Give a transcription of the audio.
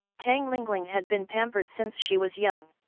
tang lingling had been pampered since she was young.